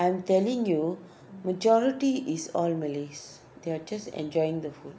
I'm telling you majority is all malays they are just enjoying the food